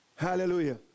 Hallelujah